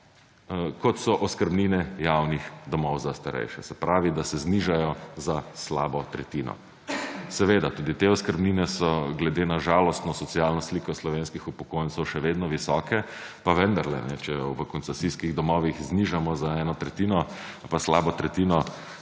kot so oskrbnine javnih domov za starejše. Se pravi, da se znižajo za slabo tretjino. Seveda tudi te oskrbnine so glede na žalostno socialno sliko slovenskih upokojencev še vedno visoke, pa vendarle, če jo v koncesijskih domovih znižamo za eno tretjino ali pa slabo tretjino,